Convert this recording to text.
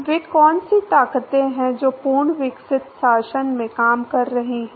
वे कौन सी ताकतें हैं जो पूर्ण विकसित शासन में काम कर रही हैं